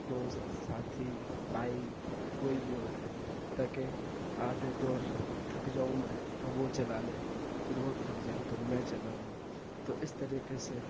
دوست ساتھی بھائی کوئی بھی ہوتے ہیں تاکہ آدھے دور تک تھک جاؤں میں تو وہ چلا لے پھر وہ تھک جائے تو میں چلا لوں تو اس طریقے سے